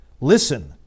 Listen